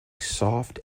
soft